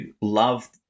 love